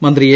മന്ത്രി എ